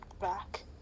back